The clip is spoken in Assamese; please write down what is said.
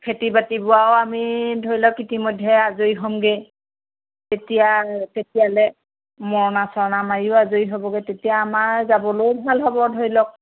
খেতি বাতিবোৰো আমি ধৰি লওক ইতিমধ্যে আজৰি হ'মগৈ তেতিয়া তেতিয়ালে মৰণা চৰণা মাৰিও আজৰি হ'বগৈ তেতিয়া আমাৰ যাবলৈও ভাল হ'ব ধৰি লওক